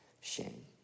shame